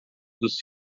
dos